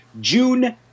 June